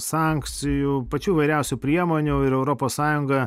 sankcijų pačių įvairiausių priemonių ir europos sąjunga